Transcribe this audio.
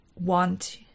want